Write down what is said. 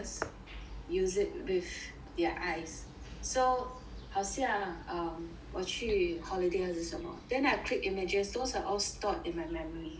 use it with their eyes so 好像 um 我去 holiday 还是什么 then I click images those are all stored in my memory